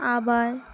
আবার